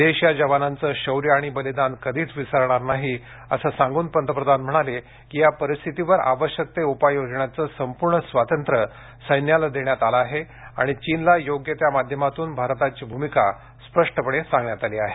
देश या जवानांचं शौर्य आणि बलिदान कधीच विसरणार नाही असं सांगून पंतप्रधान म्हणाले की या परिस्थितीवर आवश्यक ते उपाय योजण्याचं संपूर्ण स्वातंत्र्य सैन्याला देण्यात आलं आहे आणि चीनला योग्य त्या माध्यमातून भारताची भूमिका स्पष्टपणे सांगण्यात आली आहे